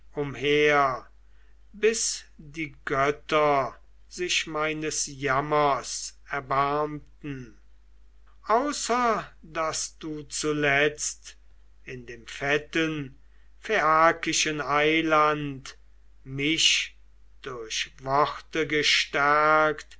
umher bis die götter sich meines jammers erbarmten außer daß du zuletzt in dem fetten phaiakischen eiland mich durch worte gestärkt